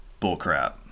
bullcrap